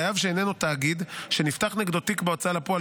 חייב שאינו תאגיד שנפתח נגדו תיק בהוצאה לפועל